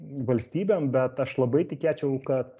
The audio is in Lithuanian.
valstybėm bet aš labai tikėčiau kad